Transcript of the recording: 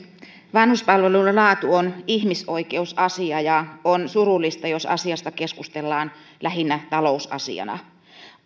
vanhuspalvelujen laatu on ihmisoikeusasia ja on surullista jos asiasta keskustellaan lähinnä talousasiana